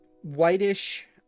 whitish